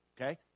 Okay